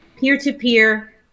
peer-to-peer